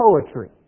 poetry